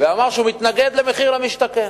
ואמר שהוא מתנגד למחיר למשתכן.